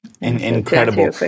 Incredible